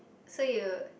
so you